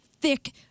thick